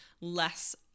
less